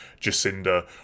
Jacinda